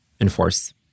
enforce